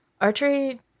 archery